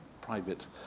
private